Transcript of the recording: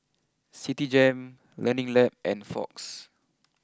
Citigem Learning Lab and Fox